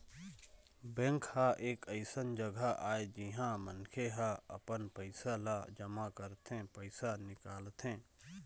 bank ह एक अइसन जघा आय जिहाँ मनखे ह अपन पइसा ल जमा करथे, पइसा निकालथे